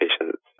patients